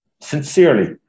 sincerely